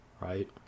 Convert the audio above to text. Right